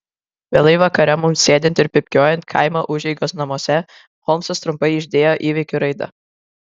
vėlai vakare mums sėdint ir pypkiuojant kaimo užeigos namuose holmsas trumpai išdėjo įvykių raidą